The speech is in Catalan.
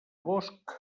bosc